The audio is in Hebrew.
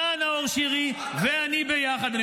-- אתה, נאור שירי, ואני ביחד --- מה תעשה?